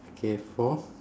okay four